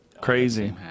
Crazy